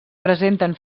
presenten